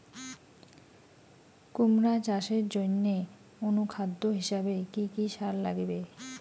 কুমড়া চাষের জইন্যে অনুখাদ্য হিসাবে কি কি সার লাগিবে?